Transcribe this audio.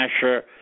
Asher